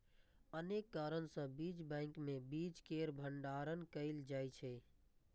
अनेक कारण सं बीज बैंक मे बीज केर भंडारण कैल जाइ छै